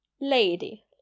lady